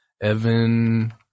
Evan